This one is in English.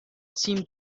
seemed